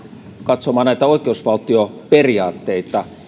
katsomaan näitä oikeusvaltioperiaatteita